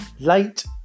late